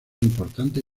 importante